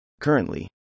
Currently